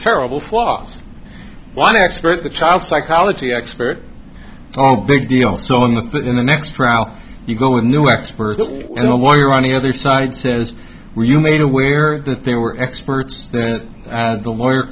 terrible flux one expert the child psychology expert oh big deal so in the in the next trial you go a new expert and while you're on the other side says you made aware they were experts and the lawyer